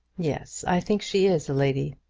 yes i think she is a lady.